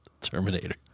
Terminator